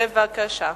בבקשה.